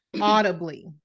audibly